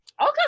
Okay